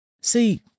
See